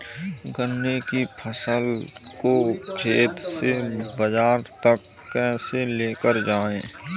गन्ने की फसल को खेत से बाजार तक कैसे लेकर जाएँ?